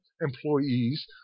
employees